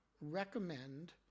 recommend